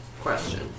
question